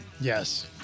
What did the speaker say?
Yes